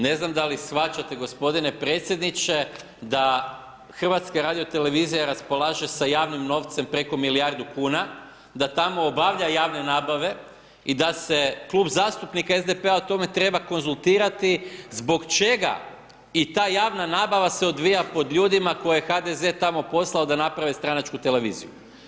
Ne znam, da li shvaćate gospodine predsjedniče, da HRT raspolaže sa javnim novcem, preko milijardu kuna, da tamo obavlja javne nabave i da se Klub zastupnika SDP-a o tome treba konzultirati zbog čega i ta javna nabava se odvija pod ljudima koje je HDZ tamo poslao da naprave tamo stranačku televiziju.